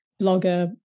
blogger